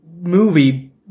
movie